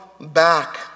back